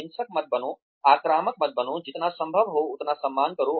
हिंसक मत बनो आक्रामक मत बनो जितना संभव हो उतना सम्मान करो